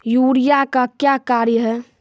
Urea का क्या कार्य हैं?